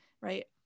right